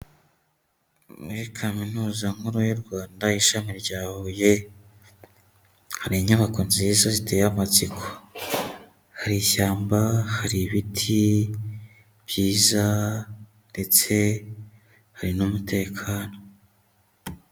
Muri Kaminuza nkuru y'u Rwanda, ishami rya Huye, hari inyubako nziza ziteye amatsiko. Hari ishyamba, hari ibiti byiza ndetse hari n'umutekano.